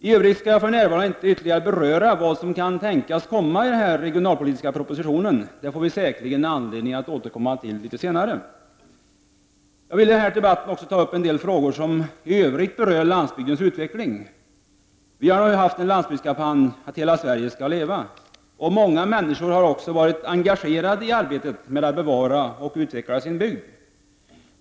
I övrigt skall jag för närvarande inte ytterligare beröra vad som kan tänkas stå i den regionalpolitiska propositionen. Den får vi säkerligen anledning att återkomma till litet senare. Jag vill i den här debatten också ta upp en del frågor som berör landsbygdens utveckling. Vi har nu haft en landsbygdskampanj, ”Hela Sverige skall leva”. Många människor har varit engagerade i arbetet med att bevara och utveckla sin bygd.